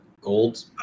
gold